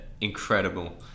incredible